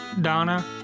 Donna